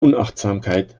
unachtsamkeit